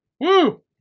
Woo